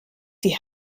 die